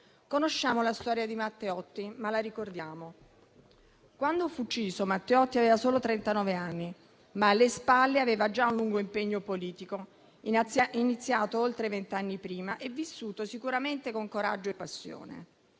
Conosciamo la storia di Matteotti, ma la ricordiamo. Quando fu ucciso, Matteotti aveva solo trentanove anni, ma alle spalle aveva già un lungo impegno politico, iniziato oltre vent'anni prima e vissuto sicuramente con coraggio e passione.